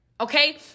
okay